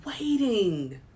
Waiting